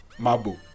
Mabo